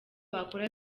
wakora